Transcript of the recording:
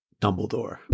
Dumbledore